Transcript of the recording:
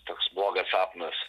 toks blogas sapnas